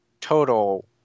total